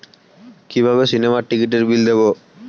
কিভাবে সিনেমার টিকিটের বিল দেবো?